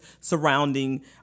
surrounding